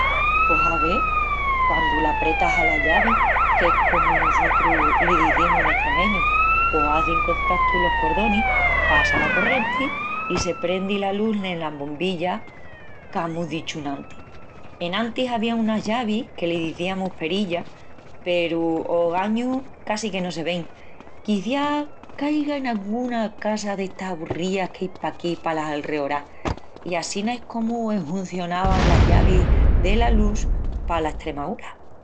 Pos ave, quandu l'apretas ala llavi, qu'es comu nusotrus l'izimus en estremeñu, pos hazin contatu los cordonis, passa la corrienti i se prendi la lus ena bombilla qu'amus dichu enantis. Enantis avían unas llavis que les iziamus perillas peru ogañu quasi que no se vein; quiciás qu'aiga anguna en anguna casa d'estás aburrías que ai paquí palas alreorás. I assina es comu enhuncionan las llavis de lus pala Estremaúra!